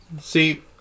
See